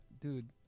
dude